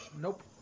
Nope